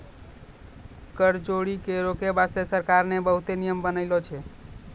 कर चोरी के रोके बासते सरकार ने बहुते नियम बनालो छै